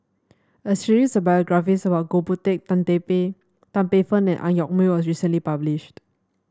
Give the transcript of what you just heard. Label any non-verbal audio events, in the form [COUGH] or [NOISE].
a series of biographies about Goh Boon Teck Tan Teck [UNINTELLIGIBLE] Tan Paey Fern and Ang Yoke Mooi was recently published